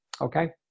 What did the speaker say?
Okay